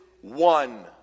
one